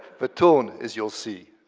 the tone, as you'll see,